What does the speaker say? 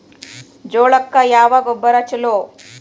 ಜೋಳಕ್ಕ ಯಾವ ಗೊಬ್ಬರ ಛಲೋ?